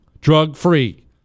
Drug-free